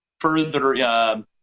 further